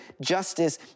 justice